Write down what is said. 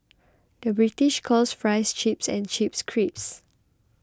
the British calls Fries Chips and Chips Crisps